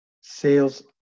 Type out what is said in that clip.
sales